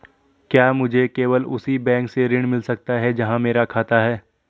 क्या मुझे केवल उसी बैंक से ऋण मिल सकता है जहां मेरा खाता है?